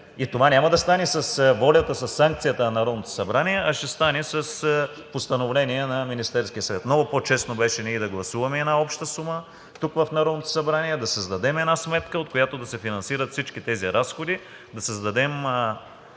И това няма да стане с волята, със санкцията на Народното събрание, а ще стане с постановление на Министерския съвет. Много по-честно беше ние да гласуваме една обща сума тук в Народното събрание, да създадем една сметка, от която да се финансират всички тези разходи, и в